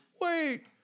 Wait